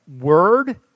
word